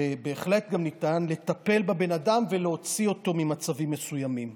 ובהחלט ניתן גם לטפל בבן אדם ולהוציא אותו ממצבים מסוימים.